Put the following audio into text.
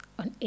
on